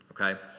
Okay